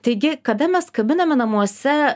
taigi kada mes kabiname namuose